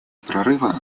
прорыва